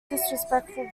disrespectful